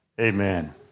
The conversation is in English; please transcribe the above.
Amen